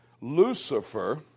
Lucifer